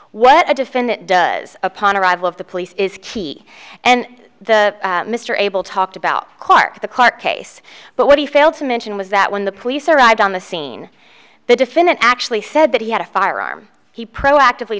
what a defendant does upon arrival of the police is key and the mr able to talk about court the court case but what he failed to mention was that when the police arrived on the scene the defendant actually said that he had a firearm he proactively